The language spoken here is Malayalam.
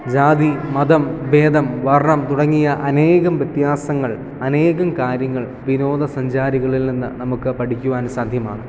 ജാതി മതം ഭേദം വർണം തുടങ്ങിയ അനേകം വ്യത്യാസങ്ങൾ അനേകം കാര്യങ്ങൾ വിനോദസഞ്ചാരികളിൽ നിന്ന് നമുക്ക് പഠിക്കുവാൻ സാധ്യമാണ്